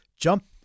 jump